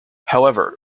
however